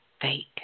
fake